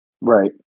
Right